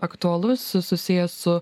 aktualus su susijęs su